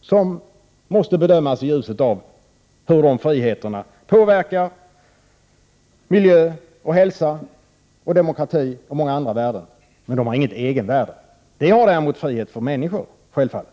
som måste bedömas i ljuset av hur de friheterna påverkar miljö, hälsa, demokrati och många andra värden. Dessa friheter har inte något egenvärde. Det har däremot frihet för människor, självfallet.